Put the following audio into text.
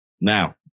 Now